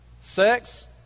sex